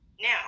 Now